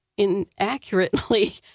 Inaccurately